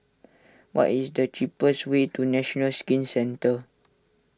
what is the cheapest way to National Skin Centre